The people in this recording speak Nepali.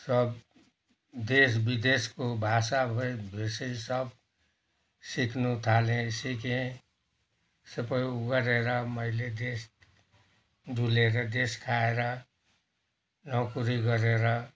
सब देश विदेशको भाषा सब सिक्नु थालेँ सिकेँ सबै ऊ गरेर मैले देश डुलेर देश खाएर नोकरी गरेर